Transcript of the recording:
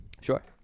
Sure